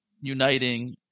uniting